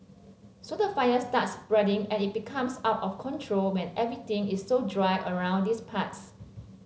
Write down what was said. so the fire starts spreading and it becomes out of control when everything is so dry around these parts